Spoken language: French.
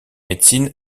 médecine